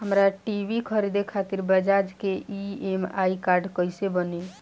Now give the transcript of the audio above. हमरा टी.वी खरीदे खातिर बज़ाज़ के ई.एम.आई कार्ड कईसे बनी?